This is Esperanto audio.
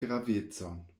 gravecon